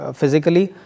physically